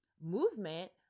movement